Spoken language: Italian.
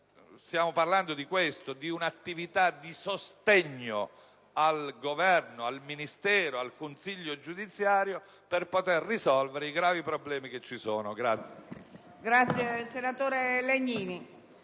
Stiamo parlando di un'attività di sostegno al Governo, al Ministero, al consiglio giudiziario, al fine di risolvere i gravi problemi che ci sono.